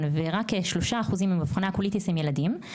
ורק כ-3% ממאובחני הקוליטיס הם ילדים.